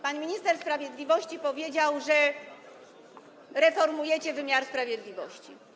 Pan minister sprawiedliwości powiedział, że reformujecie wymiar sprawiedliwości.